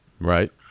Right